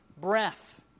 breath